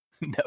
No